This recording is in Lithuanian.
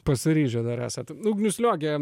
pasiryžę dar esat ugnius liogė